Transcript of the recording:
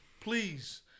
please